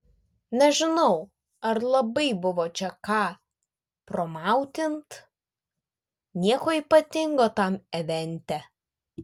nežinau ar labai buvo čia ką promautint nieko ypatingo tam evente